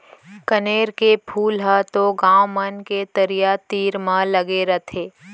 कनेर के फूल ह तो गॉंव मन के तरिया तीर म लगे रथे